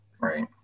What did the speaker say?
Right